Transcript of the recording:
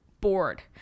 bored